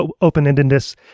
open-endedness